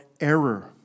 error